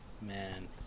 man